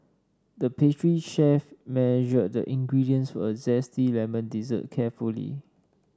the pastry chef measured the ingredients for a zesty lemon dessert carefully